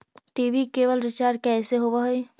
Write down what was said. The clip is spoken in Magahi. टी.वी केवल रिचार्ज कैसे होब हइ?